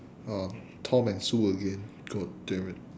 oh tom and sue again god damn it